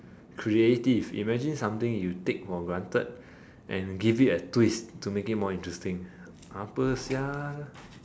creative imagine something you take for granted and give it a twist to make it more interesting apa sia